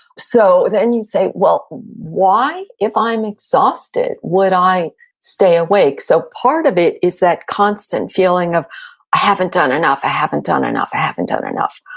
so then you say, well, why, if i'm exhausted, would i stay awake? so part of it is that constant feeling of, i haven't done enough, i haven't done enough, i haven't done enough.